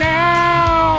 now